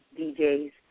DJs